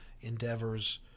endeavors